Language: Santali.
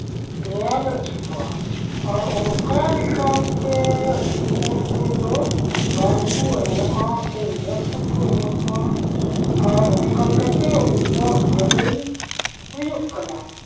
ᱧᱮᱞ ᱚᱪᱚ ᱠᱚᱣᱟ ᱟᱨ ᱚᱝᱠᱟᱞᱮᱠᱟᱛᱮ ᱩᱱᱠᱩ ᱫᱚ ᱨᱟᱱ ᱠᱚ ᱮᱢᱚᱜᱼᱟ ᱥᱮ ᱤᱱᱡᱮᱠᱥᱮᱱ ᱠᱚ ᱮᱢᱟᱠᱚᱣᱟ ᱟᱨ ᱚᱱᱠᱟ ᱞᱮᱠᱟᱛᱮ ᱩᱱᱠᱩᱣᱟᱜ ᱵᱷᱟᱹᱞᱟᱹᱭ ᱦᱩᱭᱩᱜ ᱠᱟᱱᱟ